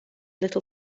little